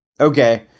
Okay